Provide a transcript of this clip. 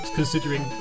considering